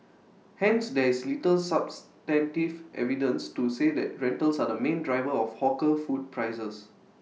hence there's little substantive evidence to say that rentals are the main driver of hawkers food prices